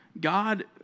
God